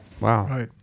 Wow